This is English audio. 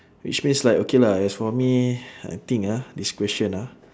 which means like okay lah as for me I think ah this question ah